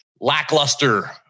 lackluster